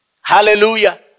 Hallelujah